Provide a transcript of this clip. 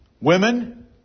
Women